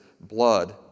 blood